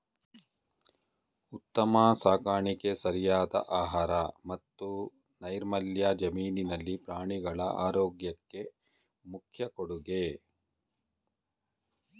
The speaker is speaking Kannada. ಉತ್ತಮ ಸಾಕಾಣಿಕೆ ಸರಿಯಾದ ಆಹಾರ ಮತ್ತು ನೈರ್ಮಲ್ಯ ಜಮೀನಿನಲ್ಲಿ ಪ್ರಾಣಿಗಳ ಆರೋಗ್ಯಕ್ಕೆ ಮುಖ್ಯ ಕೊಡುಗೆ